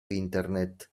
internet